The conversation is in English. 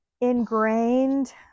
ingrained